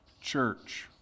church